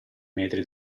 metri